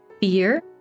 fear